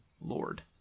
lord